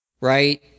right